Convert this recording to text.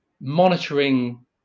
monitoring